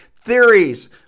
theories